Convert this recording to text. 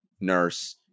nurse